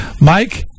Mike